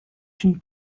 une